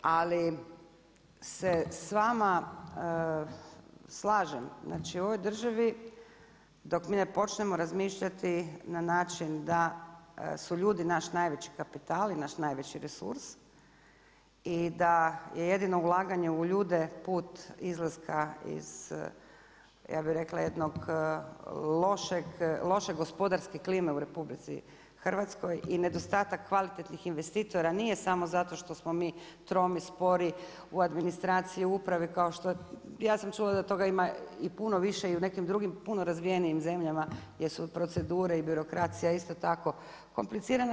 Ali se s vama slažem, znači u ovoj državi dok mi ne počnemo razmišljati na način da su ljudi naš najveći kapital i naš najveći resurs i da je jedino ulaganje u ljude put izlaska iz ja bi rekla jedne loše gospodarske klima u RH i nedostatak kvalitetnih investitora, nije samo zato što smo mi tromi, spori u administraciji i upravi kao što, ja sam čula da toga ima i puno više i u nekim drugim puno razvijenijim zemljama gdje su procedure i birokracija isto tako komplicirane.